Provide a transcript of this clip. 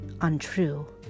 untrue